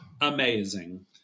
Amazing